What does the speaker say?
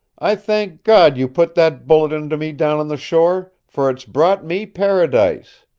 i thank god you put that bullet into me down on the shore, for it's brought me paradise.